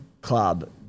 club